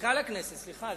מנכ"ל הכנסת, סליחה.